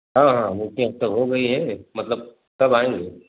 हाँ हाँ वह तो वेवत्ता हो गई है मतलब कब आएँगे